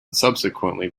subsequently